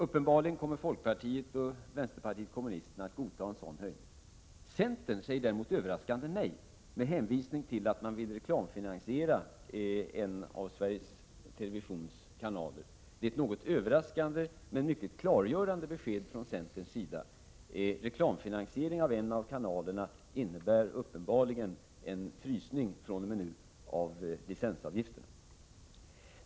Uppenbarligen kommer folkpartiet och vänsterpartiet kommunisterna att godta en sådan höjning. Centern säger däremot överraskande nej, med hänvisning till att man vill reklamfinanisera en av Sveriges televisions kanaler. Det är ett överraskande men klargörande besked från centern: reklamfinansiering av en av kanalerna innebär uppenbarligen en frysning fr.o.m. nu av licensavgifterna.